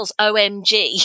omg